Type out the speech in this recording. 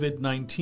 COVID-19